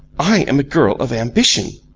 i am a girl of ambition.